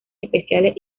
especiales